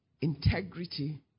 integrity